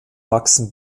wachsen